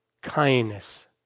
Kindness